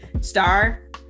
star